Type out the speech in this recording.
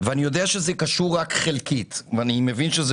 ואני יודע שזה קשור רק חלקית ואני מבין שזה